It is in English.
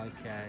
Okay